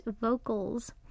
vocals